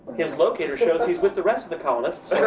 his locator shows he's with the rest of the colonists